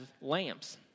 lamps